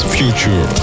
future